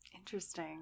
Interesting